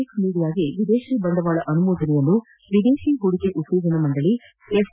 X ಮೀಡಿಯಾಕ್ನೆ ವಿದೇಶೀ ಬಂಡವಾಳ ಅನುಮೋದನೆಯನ್ನು ವಿದೇಶೀ ಹೂಡಿಕೆ ಉತ್ತೇಜನ ಮಂಡಳಿ ಎಫ್